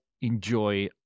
enjoy